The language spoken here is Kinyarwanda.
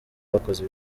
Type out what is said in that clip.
bakoze